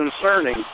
concerning